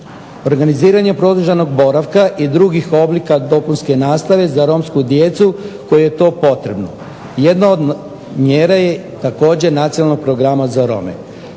Organiziranje produženog boravka i drugih oblika dopunske nastave za romsku djecu kojoj je to potrebno. Jedna od mjera je također Nacionalnog programa za Rome.